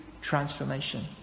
transformation